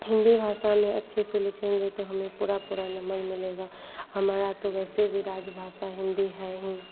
हिन्दी भाषा में अच्छे से लिखेंगे तो हमें पूरे पूरे नंबर मिलेंगे हमारी तो वैसे भी राज्य भाषा हिन्दी है ही